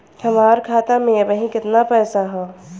हमार खाता मे अबही केतना पैसा ह?